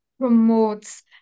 promotes